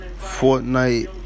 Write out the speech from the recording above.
Fortnite